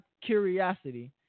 curiosity